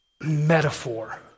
metaphor